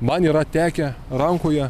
man yra tekę rankoje